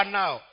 now